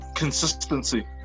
Consistency